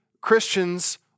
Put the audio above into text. Christians